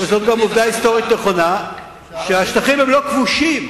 אבל זאת גם עובדה היסטורית נכונה שהשטחים הם לא כבושים.